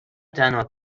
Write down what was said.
تنها